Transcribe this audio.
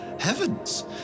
Heavens